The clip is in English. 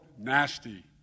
nasty